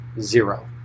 zero